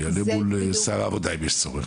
אני אעלה מול שר העבודה אם יש צורך.